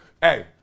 hey